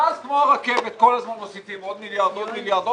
ואז כמו הרכבת כל הזמן מוסיפים עוד מיליארד,